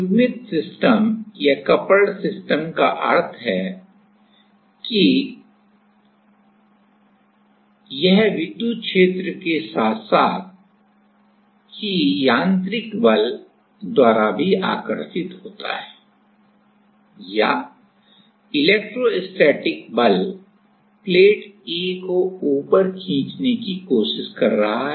युग्मित सिस्टम का अर्थ है कि यह विद्युत क्षेत्र के साथ साथ ही यांत्रिक बल द्वारा भी आकर्षित होता है या इलेक्ट्रोस्टैटिक बल प्लेट A को ऊपर खींचने की कोशिश कर रहा है